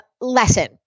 lesson